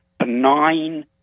benign